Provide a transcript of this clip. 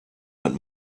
hat